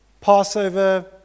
Passover